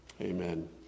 Amen